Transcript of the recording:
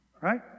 right